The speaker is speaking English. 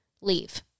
leave